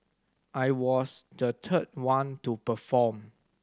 I was the third one to perform